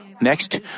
Next